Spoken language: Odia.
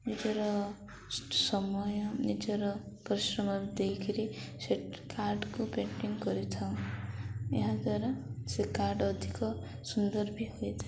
ନିଜର ସମୟ ନିଜର ପରିଶ୍ରମ ଦେଇକିରି ସେ କାର୍ଡ଼୍କୁ ପେଣ୍ଟିଂ କରିଥାଉ ଏହା ଦ୍ୱାରା ସେ କାର୍ଡ଼୍ ଅଧିକ ସୁନ୍ଦର ବି ହୋଇଥାଏ